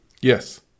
Yes